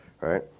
right